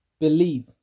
believe